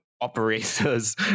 operators